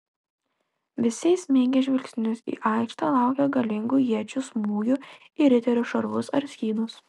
visi įsmeigę žvilgsnius į aikštę laukė galingų iečių smūgių į riterių šarvus ar skydus